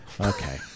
Okay